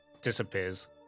disappears